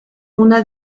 una